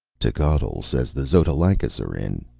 techotl says the xotalancas are in,